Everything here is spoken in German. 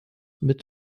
mit